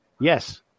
yes